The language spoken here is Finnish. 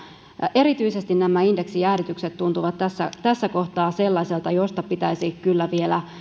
erityisesti nämä indeksijäädytykset tuntuvat tässä tässä kohtaa sellaiselta josta pitäisi kyllä vielä